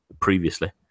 previously